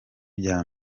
bya